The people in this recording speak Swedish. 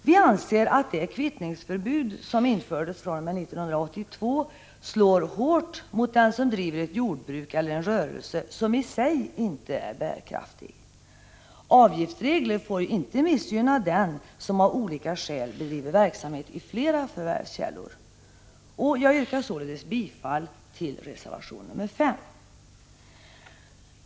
Vi anser att det kvittningsförbud som infördes fr.o.m. 1982 slår hårt mot den som driver ett jordbruk eller en rörelse som i sig inte är bärkraftig. Avgiftsregler får inte missgynna den som av olika skäl bedriver verksamhet i flera förvärvskällor. Jag yrkar således bifall till reservation nr 5.